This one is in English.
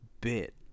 bit